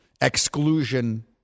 exclusion